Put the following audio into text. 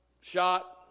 shot